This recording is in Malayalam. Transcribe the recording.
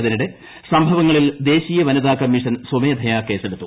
അതിനിടെ സംഭവങ്ങളിൽ ദേശീയ വനിതാ കമ്മിഷൻ സ്വമേധയാ കേസെടുത്തു